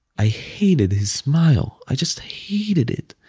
i hated his smile. i just hated it.